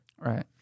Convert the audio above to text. Right